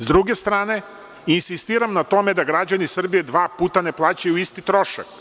S druge strane, insistiram na tome da građani Srbije dva puta ne plaćaju isti trošak.